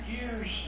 years